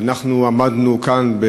ואנחנו עמדנו כאן,